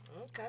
Okay